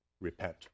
repent